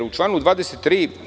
U članu 23.